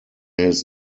his